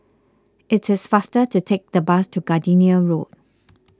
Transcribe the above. it is faster to take the bus to Gardenia Road